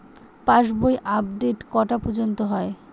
পাশ বই আপডেট কটা পর্যন্ত হয়?